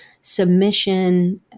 submission